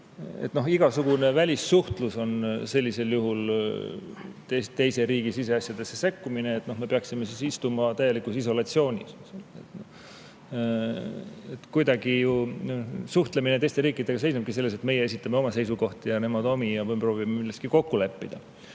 Igasugune välissuhtlus on sellisel juhul teise riigi siseasjadesse sekkumine, me peaksime siis istuma täielikus isolatsioonis. Suhtlemine teiste riikidega seisnebki ju selles, et meie esitame oma seisukohti ja nemad omi ja me proovime milleski kokku leppida.